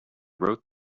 wrote